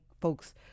folks